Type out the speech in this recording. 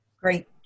Great